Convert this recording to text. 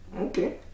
okay